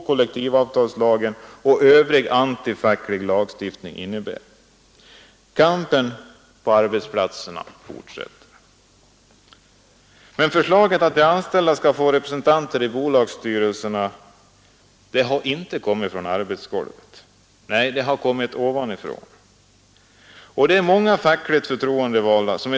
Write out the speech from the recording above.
Effekten av att avgå i protest blir minimal — till fördel för arbetsköparna. Likadant blir förhållandet med en reservation i en styrelse, om arbetarrepresentanten inte får tala om varför han reserverar sig.